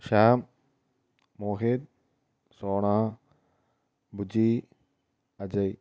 Sham Mohit Sona Bujji Ajay